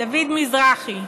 דוד מזרחי,